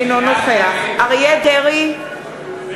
אינו נוכח אריה דרעי,